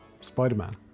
Spider-Man